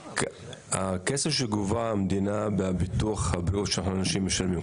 הכסף שגובה המדינה מביטוח הבריאות שאנשים משלמים,